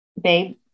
babe